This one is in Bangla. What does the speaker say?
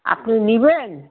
আপনি নেবেন